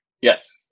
Yes